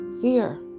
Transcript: Fear